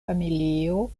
familio